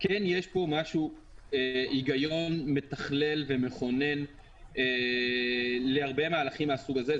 כן יש פה היגיון מתכלל ומכונן להרבה מהלכים מהסוג הזה.